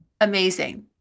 amazing